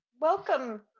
welcome